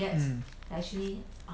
mm